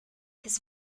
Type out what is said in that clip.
his